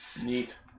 Neat